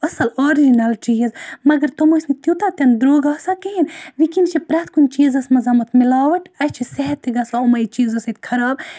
اَصٕل آرجِنَل چیز مگر تِم ٲسۍ نہٕ تیوتاہ تہِ درٛوگ آسان کِہیٖنۍ ونکیٚنَس چھُ پرٮ۪تھ کُنہِ چیٖزَس مَنٛز امُت مِلاوَٹ اَسہِ چھُ صیحت تہِ گَژھان یِمے چیزو سۭتۍ خراب